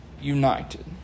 United